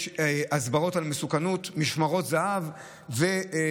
יש הסברים על מסוכנות, משמרות זהב ועוד.